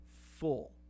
Full